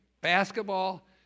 basketball